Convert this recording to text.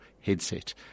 headset